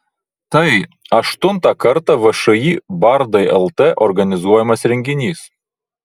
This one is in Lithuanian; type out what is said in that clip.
tai aštuntą kartą všį bardai lt organizuojamas renginys